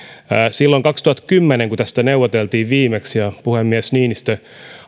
silloin kaksituhattakymmenen kun tästä neuvoteltiin viimeksi ja puhemies niinistö